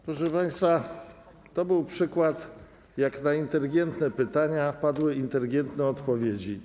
Proszę państwa, to był przykład, jak na inteligentne pytania padły inteligentne odpowiedzi.